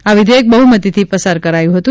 આ વિધેયક બહુમતીથી પસાર કરાયું હતું